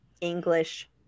English